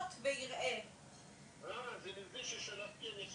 ועדה אינטראקטיבית,